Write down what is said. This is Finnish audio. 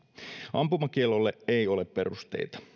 ampumakiellolle ei ole perusteita